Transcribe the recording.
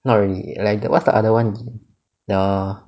not really like what's the other [one] the